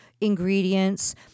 ingredients